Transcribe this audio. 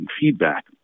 feedback